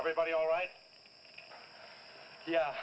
everybody all right yeah